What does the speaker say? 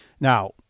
Now